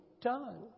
done